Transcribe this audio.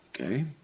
Okay